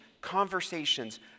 conversations